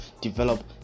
develop